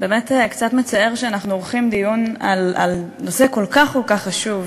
באמת קצת מצער שאנחנו עורכים דיון על נושא כל כך כל כך חשוב,